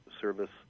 service